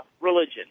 religion